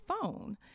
phone